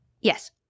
Yes